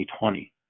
2020